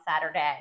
Saturday